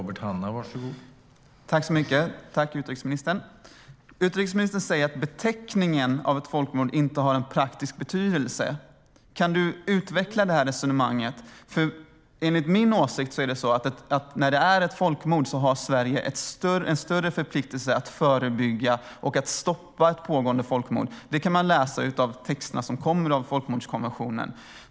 Herr talman! Tack, utrikesministern! Utrikesministern säger att beteckningen av ett folkmord inte har en praktisk betydelse. Kan du utveckla det resonemanget? Enligt min åsikt är det så att när det är ett folkmord har Sverige en större förpliktelse att förebygga och att stoppa ett pågående folkmord. Det kan man läsa av texterna i folkmordskonventionen.